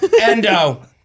Endo